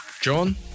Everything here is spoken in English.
John